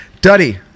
Duddy